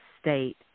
state